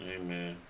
Amen